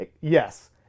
Yes